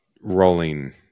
rolling